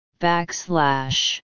backslash